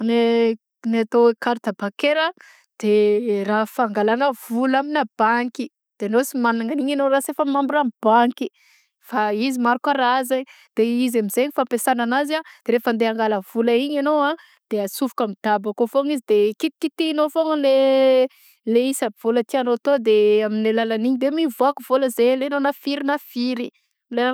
Ny ny atao hoe carte bancaire a de raha fangalana vola aminà banky de enao sy magnana agniny raha sy efa membra amy banky fa izy maro karazana de izy amzay ny fampiasana ananzy a de rehefa andeha angala vola igny anao a de asofokao amy DAB akao foagna izy de kitikitianao foagna le isany vola tianao atao de amin'ny alalagn'iny de mivaoka vola zay ilainao na firy na firy.